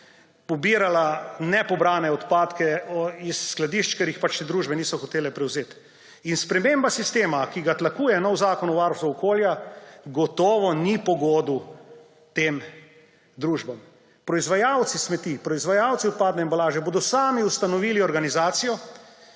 pobirala nepobrane odpadke iz skladišč, ker jih pač te družbe niso hotele prevzeti. In sprememba sistema, ki ga tlakuje novi zakon o varstvu okolja, gotovo ni pogodu tem družbam. Proizvajalci smeti, proizvajalci odpadne embalaže bodo sami ustanovili organizacijo,